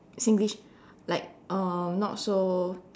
Singlish like um not so